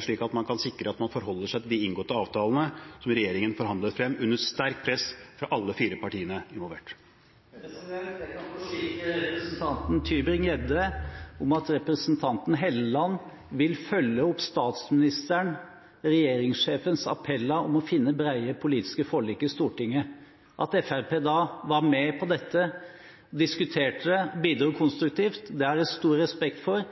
slik at man kan sikre at man forholder seg til de inngåtte avtalene, som regjeringen forhandlet frem under sterkt press fra alle de fire partiene involvert. Jeg kan forsikre representanten Tybring-Gjedde om at representanten Helleland vil følge opp statsministerens – regjeringssjefens – appeller om å finne brede politiske forlik i Stortinget. At Fremskrittspartiet da var med på dette, diskuterte det og bidro konstruktivt, det har jeg stor respekt for,